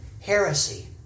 heresy